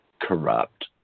corrupt